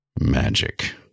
magic